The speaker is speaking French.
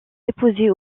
déposées